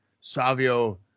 Savio